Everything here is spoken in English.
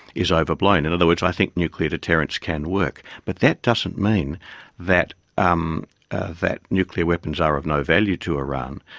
is overblown. in other words, i think nuclear deterrence can work. but that doesn't mean that um that nuclear weapons are of no value to iran,